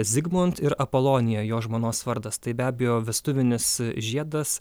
zigmont ir apolonija jo žmonos vardas tai be abejo vestuvinis žiedas